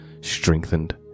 strengthened